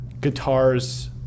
guitars